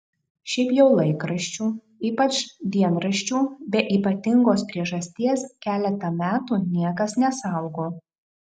šiaip jau laikraščių ypač dienraščių be ypatingos priežasties keletą metų niekas nesaugo